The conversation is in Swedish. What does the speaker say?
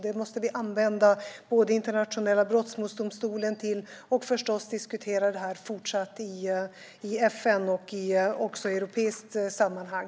Vi måste använda Internationella brottmålsdomstolen för detta och naturligtvis fortsätta diskutera detta i FN och i ett europeiskt sammanhang.